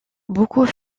beaucoup